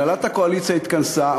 הנהלת הקואליציה התכנסה,